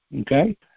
okay